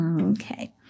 Okay